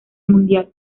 mundial